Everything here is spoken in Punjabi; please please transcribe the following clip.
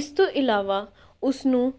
ਇਸ ਤੋਂ ਇਲਾਵਾ ਉਸਨੂੰ